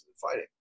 fighting